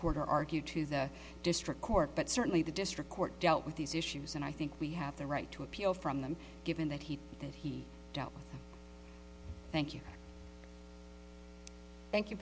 or argue to the district court but certainly the district court dealt with these issues and i think we have the right to appeal from them given that he that he thank you thank you